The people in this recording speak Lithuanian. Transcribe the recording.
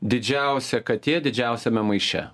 didžiausia katė didžiausiame maiše